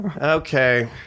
Okay